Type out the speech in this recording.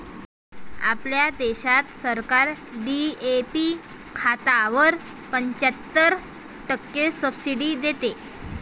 आपल्या देशात सरकार डी.ए.पी खतावर पंच्याहत्तर टक्के सब्सिडी देते